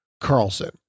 Carlson